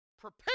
Prepare